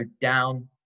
down